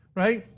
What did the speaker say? right,